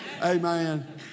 Amen